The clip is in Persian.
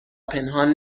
پنهان